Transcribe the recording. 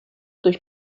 durch